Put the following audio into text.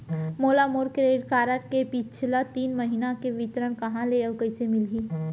मोला मोर credit card के पिछला तीन महीना के विवरण कहाँ ले अऊ कइसे मिलही?